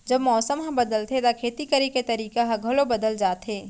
जब मौसम ह बदलथे त खेती करे के तरीका ह घलो बदल जथे?